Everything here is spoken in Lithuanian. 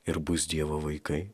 ir bus dievo vaikai